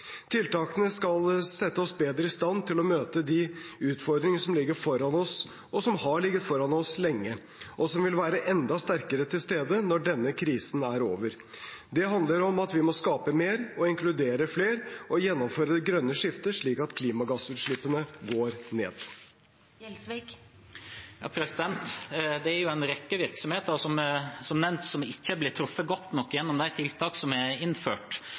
Tiltakene skal sette oss bedre i stand til å møte de utfordringene som ligger foran oss, og som har ligget foran oss lenge, og som vil være enda sterkere til stede når denne krisen er over. Det handler om at vi må skape mer og inkludere flere, og gjennomføre det grønne skiftet, slik at klimagassutslippene går ned. Det er jo en rekke virksomheter som, som nevnt, ikke er blitt truffet godt nok gjennom de tiltakene som er innført.